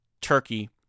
turkey